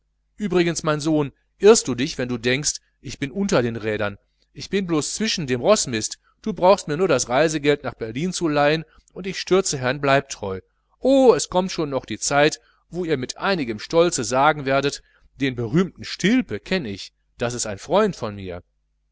übrigens mein sohn irrst du dich wenn du denkst ich bin unter den rädern ich bin blos zwischen dem roßmist du brauchst mir nur das reisegeld nach berlin zu leihen und ich stürze herrn bleibtreu oh es kommt schon noch die zeit wo ihr mit einigem stolze sagen werdet den berühmten stilpe kenn ich das ist ein freund von mir